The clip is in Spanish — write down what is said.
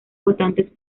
votantes